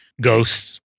ghosts